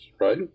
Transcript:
right